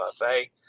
buffet